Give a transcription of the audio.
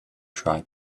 tried